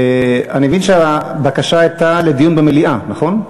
אני מבין שהבקשה הייתה לדיון במליאה, נכון?